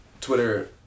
Twitter